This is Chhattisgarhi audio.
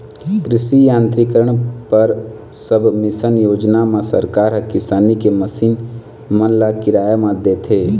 कृषि यांत्रिकीकरन पर सबमिसन योजना म सरकार ह किसानी के मसीन मन ल किराया म देथे